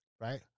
right